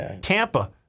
Tampa